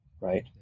right